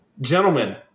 gentlemen